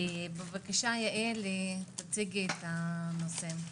בבקשה, יעל, תציגי את הנושא.